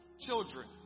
children